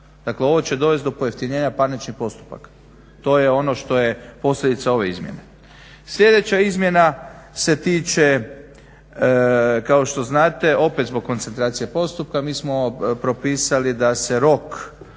Dakle, ovo će dovest do pojeftinjenja parničnih postupaka. To je ono što je posljedica ove izmjene. Sljedeća izmjena se tiče kao što znate opet zbog koncentracije postupka. Mi smo propisali da se rok